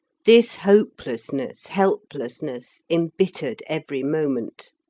this hopelessness, helplessness, embittered every moment.